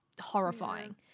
horrifying